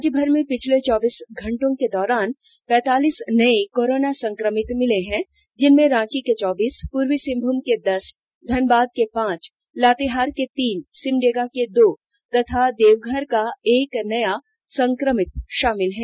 राज्यभर में पिछले चौबीस घंटे के दौरान पैंतालीस नए कोरोना संक्रमित मिले हैं जिनमें रांची के चौबीस पूर्वी सिंहभूम के दस धनबाद के पांच लातेहार के तीन सिमडेगा के दो तथा देवघर का एक नया संक्रमित शामिल है